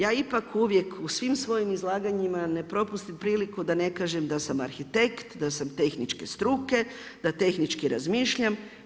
Ja ipak uvijek u svim svojim izlaganjima ne propustim priliku da ne kažem da sam arhitekt, da sam tehničke struke, da tehnički razmišljam.